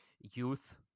youth